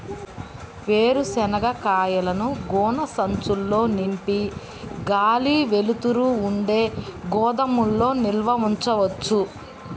వేరుశనగ కాయలను గోనె సంచుల్లో నింపి గాలి, వెలుతురు ఉండే గోదాముల్లో నిల్వ ఉంచవచ్చా?